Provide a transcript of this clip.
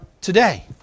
today